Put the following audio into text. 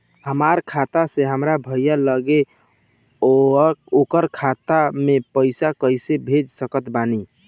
हमार खाता से हमार भाई लगे ओकर खाता मे पईसा कईसे भेज सकत बानी?